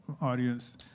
audience